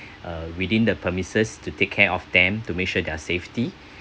uh within the premises to take care of them to make sure their safety